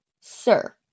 sir